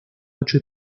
ocho